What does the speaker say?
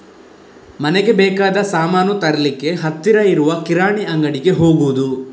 ಮನೆಗೆ ಬೇಕಾದ ಸಾಮಾನು ತರ್ಲಿಕ್ಕೆ ಹತ್ತಿರ ಇರುವ ಕಿರಾಣಿ ಅಂಗಡಿಗೆ ಹೋಗುದು